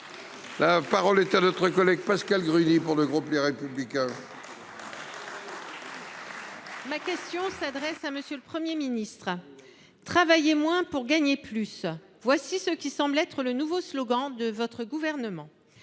La parole est à Mme Pascale Gruny, pour le groupe Les Républicains. Ma question s’adressait à M. le Premier ministre. « Travailler moins pour gagner plus »: voilà ce qui semble être le nouveau slogan du Gouvernement.